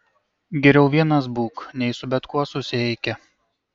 geriau vienas būk nei su bet kuo susieiki